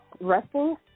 resting